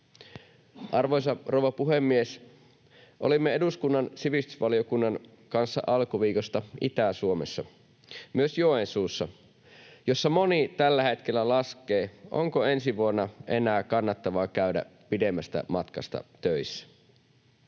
Arvoisa rouva puhemies! Olimme eduskunnan sivistysvaliokunnan kanssa alkuviikosta Itä-Suomessa, myös Joensuussa, jossa moni tällä hetkellä laskee, onko ensi vuonna enää kannattavaa käydä pidemmän matkan päästä töissä.